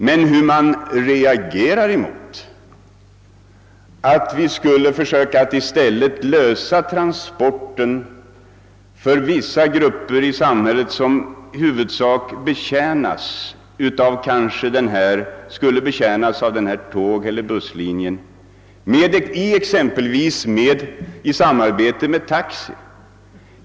Men man reagerar mot att vi i stället skulle försöka lösa transportproblemet för vissa grupper i samhället genom ett samarbete med exempelvis taxi.